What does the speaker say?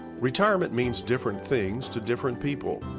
retirement means different things to different people.